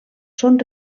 són